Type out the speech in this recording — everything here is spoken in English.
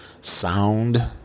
sound